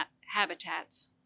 habitats